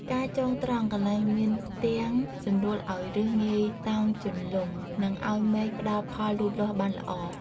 ការចងត្រង់ កន្លែងមានផ្ទាំងសំរួលឱ្យឫសងាយតោងជន្លង់ និង ឱ្យមែកផ្ដល់ផលលូតលាស់បានល្អ។